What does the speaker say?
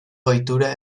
ohitura